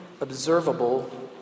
observable